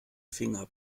finger